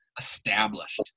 established